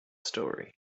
story